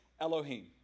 Elohim